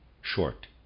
short